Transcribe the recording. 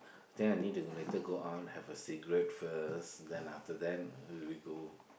then I need to later go on have a cigarette first then after then we go